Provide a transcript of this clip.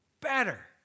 better